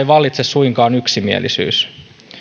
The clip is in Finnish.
vallitse suinkaan yksimielisyys